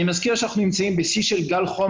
אני מזכיר שאנחנו נמצאים בשיא של גל חום